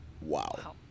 wow